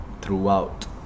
throughout